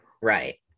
right